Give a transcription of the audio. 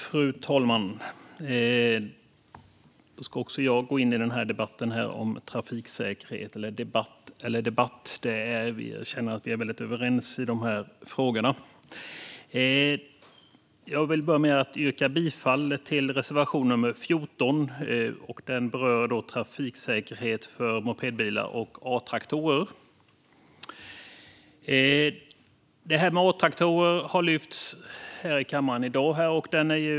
Fru talman! Också jag ska gå in i denna debatt om trafiksäkerhet, även om jag känner att vi är väldigt överens i de här frågorna. Jag vill börja med att yrka bifall till reservation 14. Den berör trafiksäkerhet för mopedbilar och A-traktorer. Detta med A-traktorer har lyfts här i kammaren i dag.